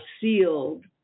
sealed